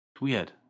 weird